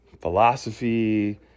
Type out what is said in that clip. philosophy